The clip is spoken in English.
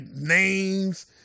names